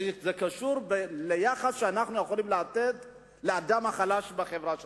וזה קשור ליחס שאנחנו יכולים לתת לאדם החלש בחברה שלנו.